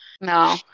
No